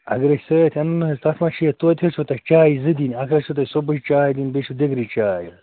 اَگر أسۍ سۭتۍ اَنو نا حظ تَتھ منٛز چھِ یہِ توتہِ حظ چھَو تۅہہِ چایہِ زٕ دِنۍ اَکھ ٲسِو تُہۍ صُبحٕچ چاے دِنۍ بیٚیہِ چھَو دِگرٕچ چاے